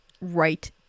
right